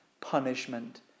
punishment